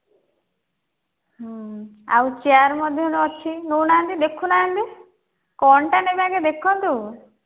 ହୁଁ ଆଉ ଚେୟାର୍ ମଧ୍ୟ ଅଛି ନେଉନାହାନ୍ତି ଦେଖୁନାହାନ୍ତି କ'ଣଟା ନେବେ ଆଗେ ଦେଖନ୍ତୁ